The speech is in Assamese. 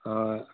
অঁ